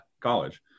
college